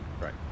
right